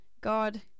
God